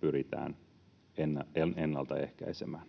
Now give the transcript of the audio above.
pyritään ennaltaehkäisemään.